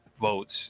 votes